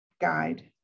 guide